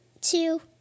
two